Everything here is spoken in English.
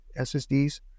SSDs